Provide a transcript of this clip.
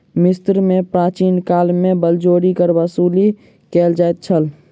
मिस्र में प्राचीन काल में बलजोरी कर वसूली कयल जाइत छल